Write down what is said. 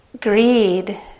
greed